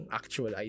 actual